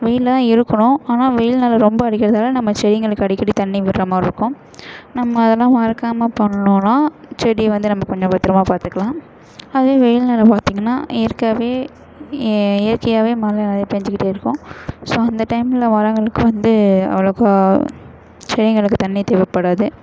வெயிலில்தான் இருக்கணும் ஆனால் வெயில் நாளில் ரொம்ப அடிக்கிறதால நம்ம செடிகளுக்கு அடிக்கடி தண்ணி விடுறமாரி இருக்கும் நம்ம அதெல்லாம் மறக்காமல் பண்ணினோன்னா செடி வந்து நம்ம கொஞ்சம் பத்திரமாக பார்த்துக்கலாம் அதே வெயில் நேரம் பார்த்திங்கனா இயற்கையாகவே இயற்கையாகவே மழை நிறைய பேஞ்சுகிட்டே இருக்கும் ஸோ அந்த டைமில் மரங்களுக்கு வந்து அவ்வளக்கா செடிகளுக்கு தண்ணி தேவைப்படாது